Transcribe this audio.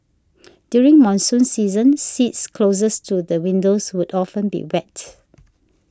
during monsoon season seats closest to the windows would often be wet